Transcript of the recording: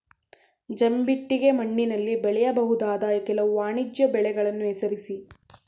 ಜಂಬಿಟ್ಟಿಗೆ ಮಣ್ಣಿನಲ್ಲಿ ಬೆಳೆಯಬಹುದಾದ ಕೆಲವು ವಾಣಿಜ್ಯ ಬೆಳೆಗಳನ್ನು ಹೆಸರಿಸಿ?